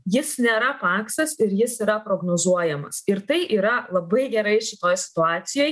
jis nėra paksas ir jis yra prognozuojamas ir tai yra labai gerai šitoj situacijoj